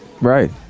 Right